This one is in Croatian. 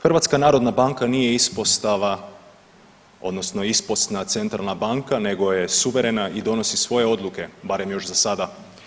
HNB nije ispostava odnosno isposna centralna banka nego je suverena i donosi svoje odluke, barem još za sada.